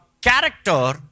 character